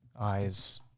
eyes